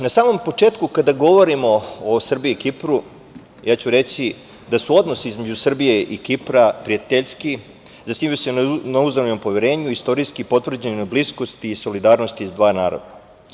Na samom početku, kada govorimo o Srbiji i Kipru, ja ću reći da su odnosi između Srbije i Kipra prijateljski, zasnivaju se na uzajamnom poverenju, istorijski potvrđene bliskosti i solidarnosti dva naroda.